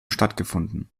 stattgefunden